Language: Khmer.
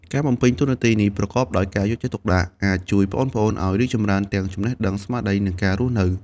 ការបំពេញតួនាទីនេះប្រកបដោយការយកចិត្តទុកដាក់ អាចជួយប្អូនៗឲ្យរីកចម្រើនទាំងចំណេះដឹង ស្មារតី និងការរស់នៅ។